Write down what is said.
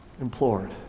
implored